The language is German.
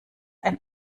ein